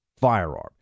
firearm